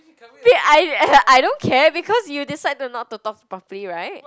I I don't care because you decide to not to talk properly [right]